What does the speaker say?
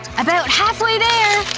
about halfway there!